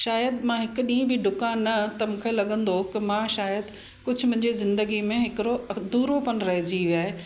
शायद मां हिकु ॾींहुं बि डुकां न त मूंखे लॻंदो की मां शायदि कुझु मुंहिंजे ज़िंदगी में हिकिड़ो अधूरो पन रहिजी वियो आहे